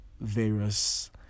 various